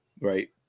Right